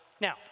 Now